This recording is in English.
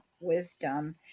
wisdom